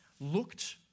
looked